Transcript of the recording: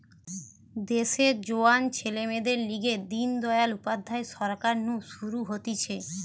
দেশের জোয়ান ছেলে মেয়েদের লিগে দিন দয়াল উপাধ্যায় সরকার নু শুরু হতিছে